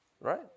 Right